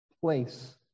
place